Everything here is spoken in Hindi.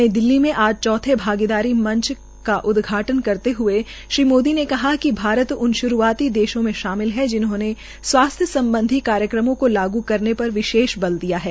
नई दिल्ली में आज चौथे भागीदारी मंच का उदघाटन् करते हुए श्री मोदी ने कहा कि भारत उन श्रूआती देशों में शामिल है जिन्होंने स्वास्थ्य सम्बधी कार्यक्रम लागू करने पर विशेष बल दिया है